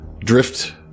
drift